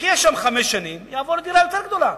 יחיה שם חמש שנים, יעבור לדירה יותר גדולה.